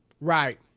right